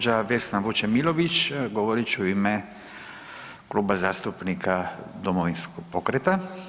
Gđa. Vesna Vučemilović govorit će u ime Kluba zastupnika Domovinskog pokreta.